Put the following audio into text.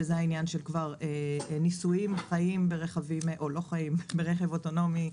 וזה העניין שכבר ניסויים ברכב אוטונומי.